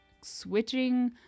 switching